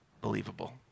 believable